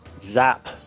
zap